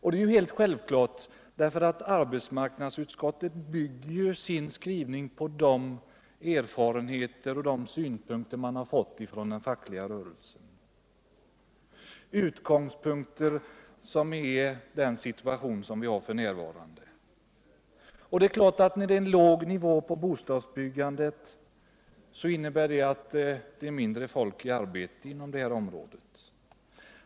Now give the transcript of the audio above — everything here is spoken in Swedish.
Det är helt självklart, eftersom arbetsmarknadsutskottet bygger sin skrivning på de erfarenheter och synpunkter som utskottet fått från den fackliga rörelsen med utgångspunkt i den situation som just nu råder. När bostadsbyggandet befinner sig på en låg nivå, är färre arbetare sysselsatta inom detta område.